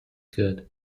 good